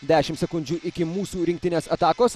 dešimt sekundžių iki mūsų rinktinės atakos